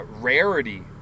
rarity